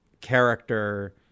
character